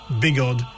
Bigod